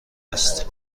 است